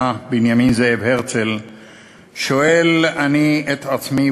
בנימין זאב הרצל שואל אני את עצמי,